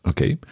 Okay